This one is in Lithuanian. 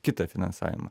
kitą finansavimą